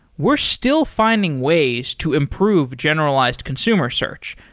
we're still finding ways to improve generalized consumer search.